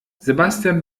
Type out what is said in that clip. sebastian